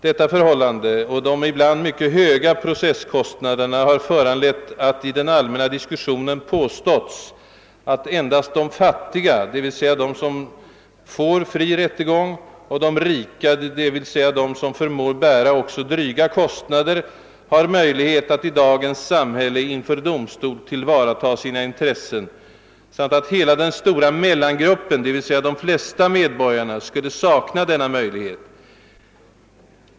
Detta förhållande och de ibland mycket höga processkostnaderna ha föranlett, att i den allmänna diskussionen påståtts att endast de fattiga, d.v.s. de som få fri rättegång, och de rika, d.v.s. de som förmå bära också dryga kostnader, ha möjlighet att i dagens samhälle inför domstol tillvarataga sina intressen samt att hela den stora mellangruppen, d. v. s. de flesta medborgarna, skulle sakna denna möjlighet.